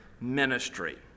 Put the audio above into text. ministry